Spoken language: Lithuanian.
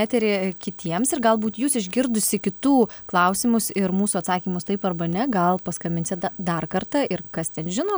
eterį kitiems ir galbūt jūs išgirdusi kitų klausimus ir mūsų atsakymus taip arba ne gal paskambinsit dar kartą ir kas ten žino